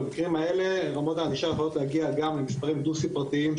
במקרים האלה רמות הענישה יכולות להגיע גם למספרים דו-ספרתיים,